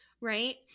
right